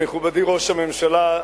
מכובדי ראש הממשלה,